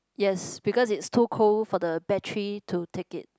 yes because it's too cold for the battery to take it